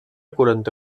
quaranta